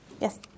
Yes